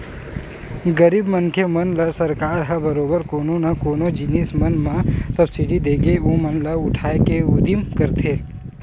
गरीब मनखे मन ल सरकार ह बरोबर कोनो न कोनो जिनिस मन म सब्सिडी देके ओमन ल उठाय के उदिम करथे